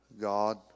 God